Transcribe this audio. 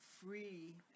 free